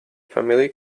family